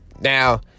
Now